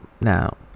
now